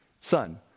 son